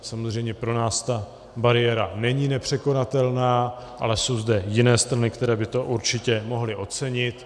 Samozřejmě pro nás ta bariéra není nepřekonatelná, ale jsou zde jiné strany, které by to určitě mohly ocenit.